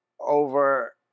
over